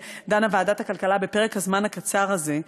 דנה ועדת הכלכלה בפרק הזמן הקצר הזה,